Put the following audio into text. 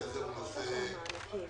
ובינוניים.